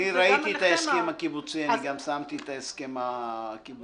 אני ראיתי את ההסכם הקיבוצי וגם שמתי את ההסכם הקיבוצי.